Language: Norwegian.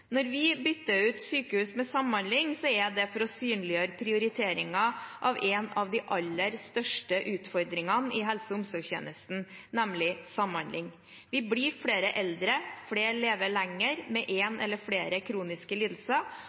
Når vi bytter ut ordet «sykehus» med «samhandling», er det for å synliggjøre prioriteringen av en av de aller største utfordringene i helse- og omsorgstjenesten, nemlig samhandling. Vi blir flere eldre, flere lever lenger med én eller flere kroniske lidelser,